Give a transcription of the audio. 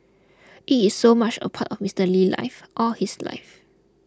it is so much a part of Mister Lee's life all his life